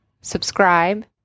subscribe